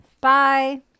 Bye